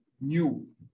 new